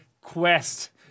quest